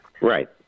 Right